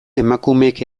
emakumeek